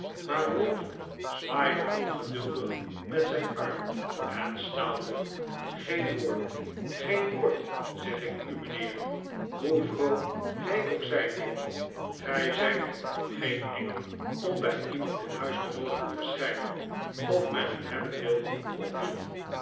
maar ralph zwaaide ongeduldig met zijn arm en snauwde geen woord geen woord zeg ik u mijnheer hoe vroom gij ook zijn moogt gij zijt nog geen engel om bij iemand in huis te mogen verschijnen of men het hebben wil of niet